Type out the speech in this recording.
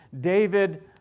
David